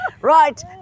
Right